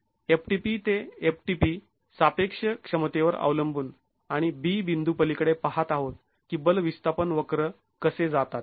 तर ftnftp ते ftp सापेक्ष क्षमतेवर अवलंबून आम्ही b बिंदू पलीकडे पहात आहोत की बल विस्थापन वक्र कसे जातात